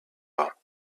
war